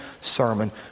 sermon